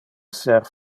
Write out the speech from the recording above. esser